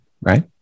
Right